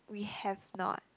we have not